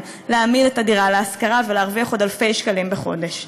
להעמיד את הדירה להשכרה ולהרוויח עוד אלפי שקלים בחודש.